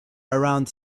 around